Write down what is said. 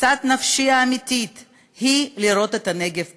משאת נפשי האמיתית היא לראות את הנגב פורח.